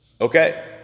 Okay